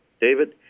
David